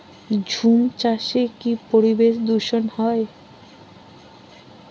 ঝুম চাষে কি পরিবেশ দূষন হয়?